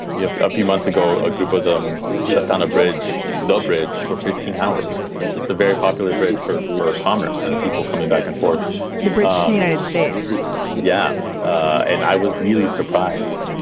you have a few months ago, a group of them shut down a bridge delbridge for fifteen hours. it's a very popular bridge for for commerce and people coming back and forth the bridge to the united states yeah. and i was really surprised.